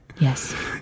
Yes